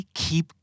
keep